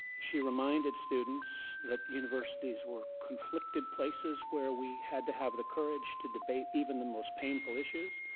she reminded students that universities were conflicted places where we had to have the courage to debate even the most painful issues.